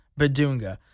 Badunga